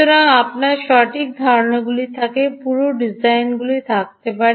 সুতরাং আপনার সঠিক ধারণাটি থাকলে পুরো ডিজাইনটি করতে পারে